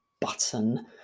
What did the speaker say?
button